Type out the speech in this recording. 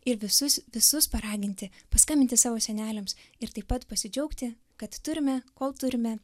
ir visus visus paraginti paskambinti savo seneliams ir taip pat pasidžiaugti kad turime kol turime